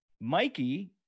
Mikey